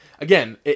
again